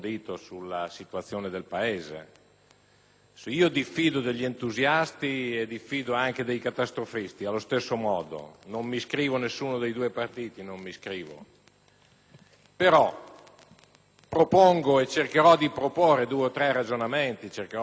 Se diffido degli entusiasti, diffido anche dei catastrofisti allo stesso modo: non mi iscrivo a nessuno dei due partiti. Cercherò però di proporre due o tre ragionamenti, perché mi interessa che